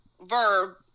Verb